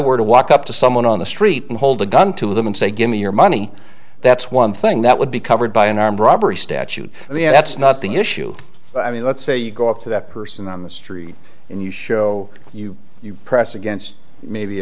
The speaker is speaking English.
were to walk up to someone on the street and hold a gun to them and say give me your money that's one thing that would be covered by an armed robbery statute i mean that's not the issue i mean let's say you go up to that person on the street and you show you you press against maybe